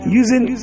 using